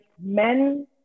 men